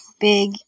big